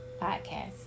podcast